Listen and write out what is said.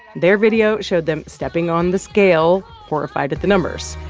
their video showed them stepping on the scale, horrified at the numbers